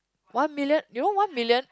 one million you know one million